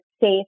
safe